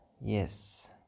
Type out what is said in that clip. yes